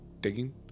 digging